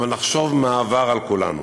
אבל נחשוב מה עבר על כולנו